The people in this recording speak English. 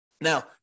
Now